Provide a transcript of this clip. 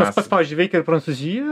tas pats pavyzdžiui veikia ir prancūzijoje